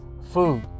food